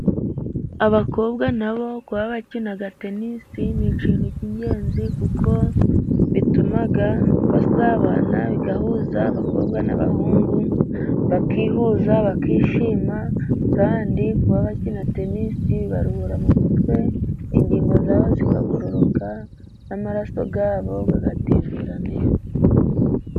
Abakobwa na bo kuba bakina tenisi ni ikintu cy'ingenzi kuko bituma basabana, bigahuza abakobwa n'abahungu, bakihuza bakishima . Kandi kuba bakina tenisi bibaruhura mu mutwe ,ingingo zabo zikagororoka n'amaraso yabo agatembera neza.